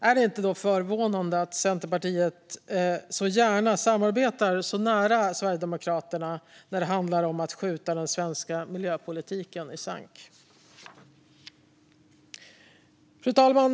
Är det då inte förvånande att Centerpartiet så gärna samarbetar nära med Sverigedemokraterna när det handlar om att skjuta den svenska miljöpolitiken i sank? Fru talman!